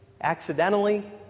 accidentally